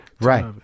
right